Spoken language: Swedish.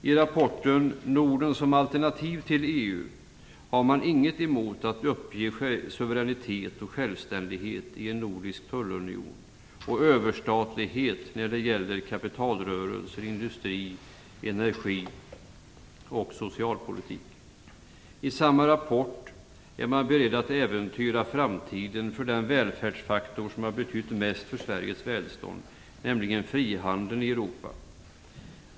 framgår att man inte har något emot att uppge suveränitet och självständighet i en nordisk tullunion och att man inte har något emot överstatlighet när det gäller kapitalrörelser, industri-, energi och socialpolitik. Samma rapport visar att man är beredd att äventyra framtiden för den välfärdsfaktor som har betytt mest för Sveriges välstånd, nämligen frihandeln i Europa.